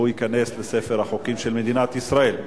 וייכנס לספר החוקים של מדינת ישראל.